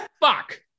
fuck